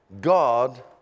God